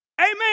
Amen